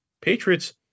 Patriots